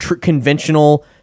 conventional